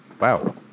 Wow